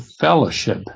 fellowship